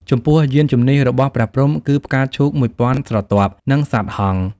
ចំពោះយានជំនះរបស់ព្រះព្រហ្ម គឺ៖ ផ្កាឈូក១,០០០ស្រទាប់ និងសត្វហង្ស ។